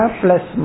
plus